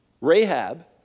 Rahab